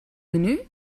menu